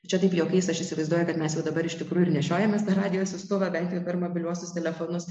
čia taip juokais aš įsivaizduoju kad mes jau dabar iš tikrųjų nešiojamės tą radijo siųstuvą bent jau per mobiliuosius telefonus